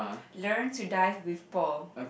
learn to dive with Paul